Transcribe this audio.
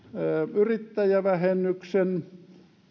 yrittäjävähennyksen